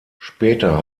später